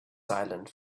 silent